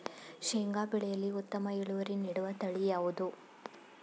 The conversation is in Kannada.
ಶೇಂಗಾ ಬೆಳೆಯಲ್ಲಿ ಉತ್ತಮ ಇಳುವರಿ ನೀಡುವ ತಳಿ ಯಾವುದು?